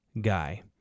guy